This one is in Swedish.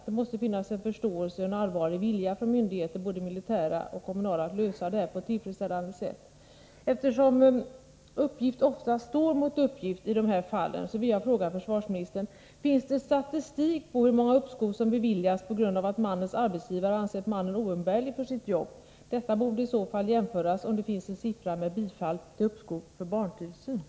Det måste finnas en förståelse för problemet och en allvarlig vilja från berörda myndigheter, både militära och kommunala, att lösa det på ett tillfredsställande sätt.